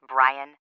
Brian